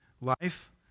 life